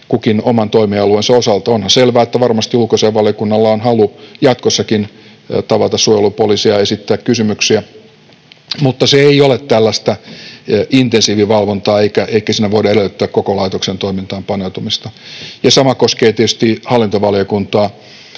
kukin oman toimialueensa osalta. Onhan selvää, että varmasti ulkoasiainvaliokunnalla on halu jatkossakin tavata suojelupoliisia ja esittää kysymyksiä, mutta se ei ole tällaista intensiivivalvontaa eikä siinä voida edellyttää koko laitoksen toimintaan paneutumista. Ja sama koskee tietysti hallintovaliokuntaa